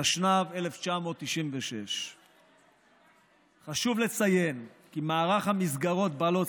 התשנ"ו 1996. חשוב לציין כי מערך המסגרות בעלות